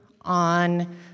on